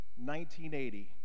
1980